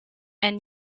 and